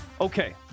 Okay